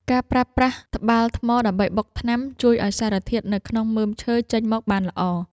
ការប្រើប្រាស់ត្បាល់ថ្មដើម្បីបុកថ្នាំ ជួយឱ្យសារធាតុនៅក្នុងមើមឈើចេញមកបានល្អ។